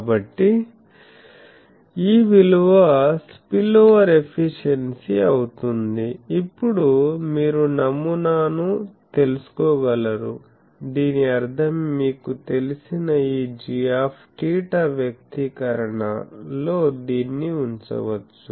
కాబట్టి ఈ విలువ స్పిల్ఓవర్ ఎఫిషియెన్సీ అవుతుంది ఇప్పుడు మీరు నమూనాను తెలుసుకోగలరు దీని అర్థం మీకు తెలిసిన ఈ gθ వ్యక్తీకరణ లో దీన్ని ఉంచవచ్చు